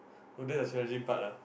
the strategy part ah